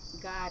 god